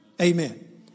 Amen